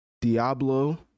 diablo